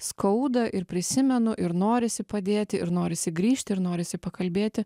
skauda ir prisimenu ir norisi padėti ir norisi grįžti ir norisi pakalbėti